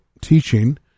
teaching